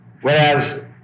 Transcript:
Whereas